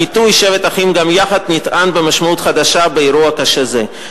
הביטוי "שבת אחים גם יחד" נטען במשמעות חדשה באירוע קשה זה.